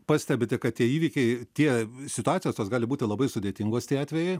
pastebite kad tie įvykiai tie situacijos tos gali būti labai sudėtingos tie atvejai